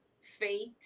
faith